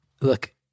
look